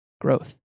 Growth